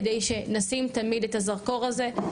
כדי שנשים תמיד את הזרקור הזה,